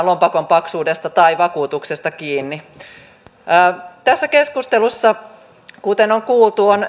lompakon paksuudesta tai vakuutuksesta kiinni tässä keskustelussa kuten on kuultu on